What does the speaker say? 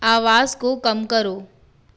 आवाज़ को कम करो